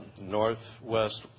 Northwest